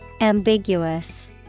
ambiguous